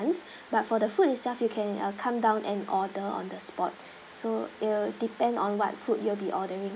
but for the food itself you can come down and order on the spot so it'll depend on what food you will be ordering